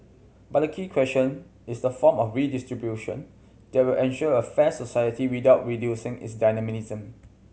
but the key question is the form of redistribution that will ensure a fair society without reducing its dynamism